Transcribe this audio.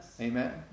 Amen